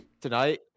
Tonight